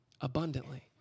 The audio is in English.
abundantly